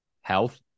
health